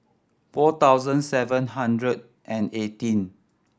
four thousand seven hundred and eighteen